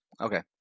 Okay